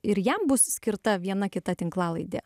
ir jam bus skirta viena kita tinklalaidė